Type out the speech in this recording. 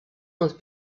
und